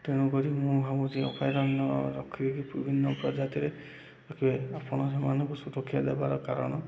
ତେଣୁ କରି ମୁଁ ଭାବୁଛି ଅଭୟାରଣ୍ୟ ରଖିବ କି ବିଭିନ୍ନ ପ୍ରଜାତିରେ ରଖିବେ ଆପଣ ସେମାନଙ୍କୁ ସୁରକ୍ଷା ଦେବାର କାରଣ